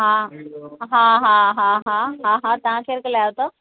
हा हा हा हा हा हा हा तव्हां केरु ॻाल्हायो था